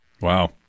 Wow